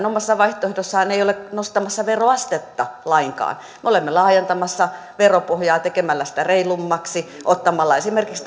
omassa vaihtoehdossaan ei ole nostamassa veroastetta lainkaan me olemme laajentamassa veropohjaa tekemällä sitä reilummaksi ottamalla mukaan esimerkiksi